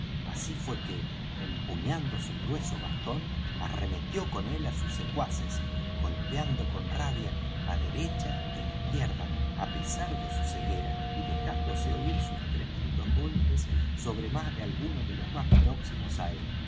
así fué que empuñando su grueso bastón arremetió con él á sus secuaces golpeando con rabia á derecha é izquierda á pesar de su ceguera y dejándose oir sus tremendos golpes sobre más de alguno de los más próximos á él